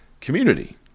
community